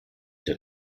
der